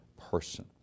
person